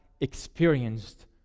experienced